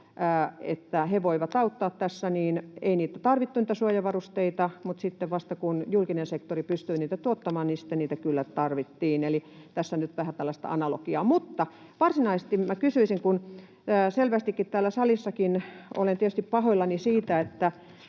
että he voivat auttaa tässä, niin ei suojavarusteita tarvittu, mutta sitten vasta, kun julkinen sektori pystyi niitä tuottamaan, niin sitten niitä kyllä tarvittiin. Eli tässä nyt vähän tällaista analogiaa. Mutta varsinaisesti minä kysyisin, kun selvästikin täällä salissakaan — olen tietysti pahoillani siitä, että